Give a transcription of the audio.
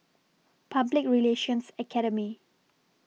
Public Relations Academy